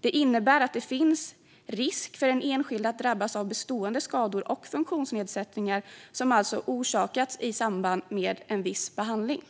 Det innebär att det finns risk för den enskilde att drabbas av bestående skador och funktionsnedsättningar som alltså orsakats av en viss behandling.